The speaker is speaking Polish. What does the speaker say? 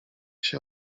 się